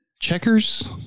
Checkers